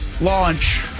launch